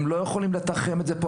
הם לא יכולים לתחם את זה פה,